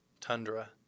tundra